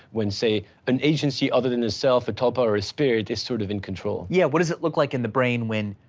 when say, an agency other than itself a tulpa or a spirit is sort of in control. yeah, what does it look like in the brain when